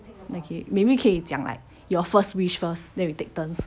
okay maybe 可以讲 like your first wish first then we take turns